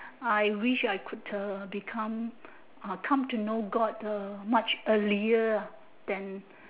I wish I could a become uh come to know god much earlier than